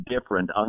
different